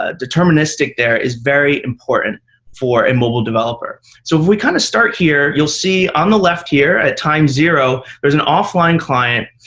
ah deterministic there is very important for a mobile developer. so if we kind of start here, you'll see on the left here at time zero, there's an offline client.